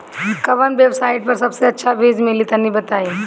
कवन वेबसाइट पर सबसे अच्छा बीज मिली तनि बताई?